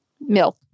milk